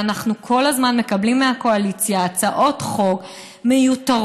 ואנחנו כל הזמן מקבלים מהקואליציה הצעות חוק מיותרות